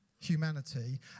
humanity